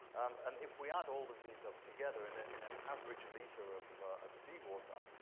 um and if we add all of these up together, in in an average liter of of seawater,